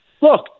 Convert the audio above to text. Look